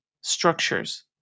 structures